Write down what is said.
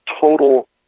total